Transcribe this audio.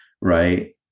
right